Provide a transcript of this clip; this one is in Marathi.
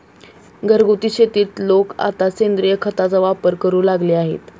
घरगुती शेतीत लोक आता सेंद्रिय खताचा वापर करू लागले आहेत